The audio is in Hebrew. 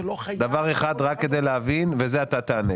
דבר אחד, רק כדי להבין, וזה אתה תענה.